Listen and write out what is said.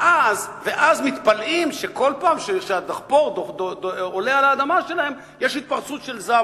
ואז מתפלאים שכל פעם שהדחפור עולה על האדמה שלהם יש התפרצות של זעם.